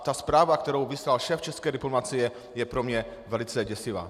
Ta zpráva, kterou vyslal šéf české diplomacie, je pro mě velice děsivá.